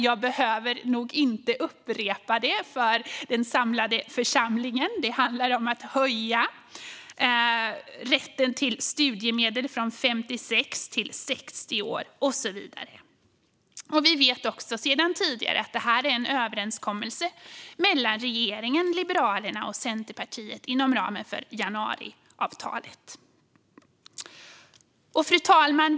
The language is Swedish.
Jag behöver nog inte upprepa det för den samlade församlingen. Det handlar om att höja rätten till studiemedel från 56 till 60 års ålder och så vidare. Vi vet även sedan tidigare att det här är en överenskommelse mellan regeringen, Liberalerna och Centerpartiet inom ramen för januariavtalet. Fru talman!